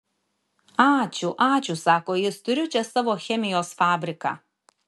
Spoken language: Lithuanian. ačiū ačiū sako jis turiu čia savo chemijos fabriką